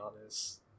honest